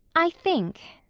i think,